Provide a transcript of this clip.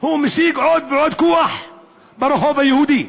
הוא משיג עוד ועוד כוח ברחוב היהודי.